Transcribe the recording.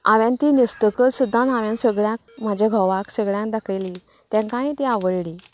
हांवेन ती न्हेसतगच सुद्दां हांवेन सगळ्यांक म्हाज्या घोवाक सगळ्यांक दाखयली तेंकांय तीं आवडली